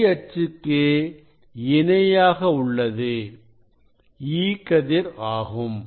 ஒளி அச்சுக்கு இணையாக உள்ளது E கதிர் ஆகும்